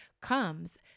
comes